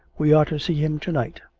we are to see him to-night.